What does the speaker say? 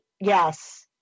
Yes